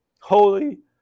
Holy